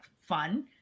fun